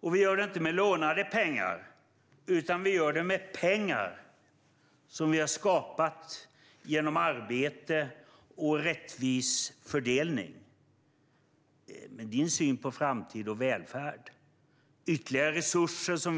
Och vi gör det inte med lånade pengar, utan vi gör det med pengar som vi har skapat genom arbete och rättvis fördelning. Vi